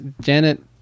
Janet